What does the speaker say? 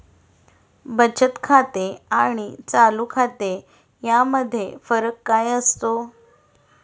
बचत खाते आणि चालू खाते यामध्ये फरक काय असतो?